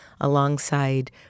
alongside